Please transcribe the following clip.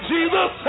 Jesus